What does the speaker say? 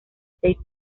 seis